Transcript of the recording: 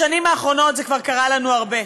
בשנים האחרונות זה כבר קרה לנו הרבה,